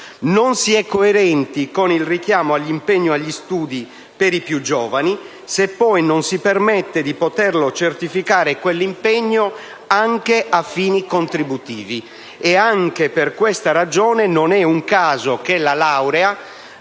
Non si è coerenti con il richiamo all'impegno agli studi per i più giovani, se poi non si permette di far valere quell'impegno anche a fini contributivi. Anche per questa ragione, non è un caso che la laurea